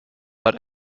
but